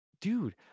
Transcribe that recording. Dude